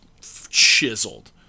chiseled